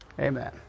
Amen